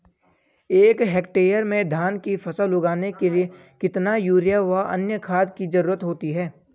एक हेक्टेयर में धान की फसल उगाने के लिए कितना यूरिया व अन्य खाद की जरूरत होती है?